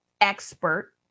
expert